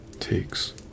takes